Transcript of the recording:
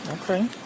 Okay